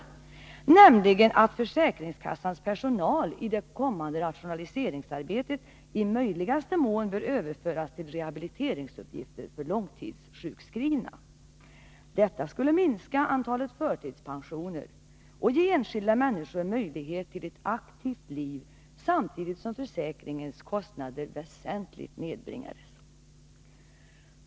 Den gick ju ut på att försäkringskassans personal i det kommande rationaliseringsarbetet i möjligaste mån bör överföras till rehabiliteringsuppgifter för långtidssjukskrivna. Detta skulle minska antalet förtidspensioner och ge enskilda människor möjlighet till ett aktivt liv samtidigt som försäkringens kostnader väsentligt nedbringades.